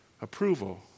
Approval